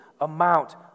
amount